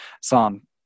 Son